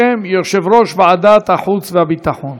בשם יושב-ראש ועדת החוץ והביטחון.